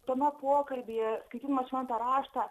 tame pokalbyje skaitydamas šventą raštą